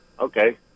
Okay